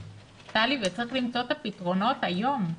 --- טלי אבל צריך למצוא את הפתרונות היום.